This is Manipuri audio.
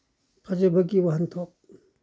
ꯐꯖꯕꯒꯤ ꯋꯥꯍꯟꯊꯣꯛ